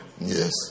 Yes